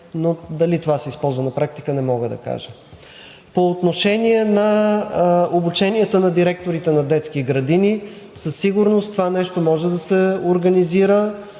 но дали това се използва на практика, не мога да кажа. По отношение на обученията на директорите на детски градини. Със сигурност това нещо може да се организира,